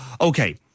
okay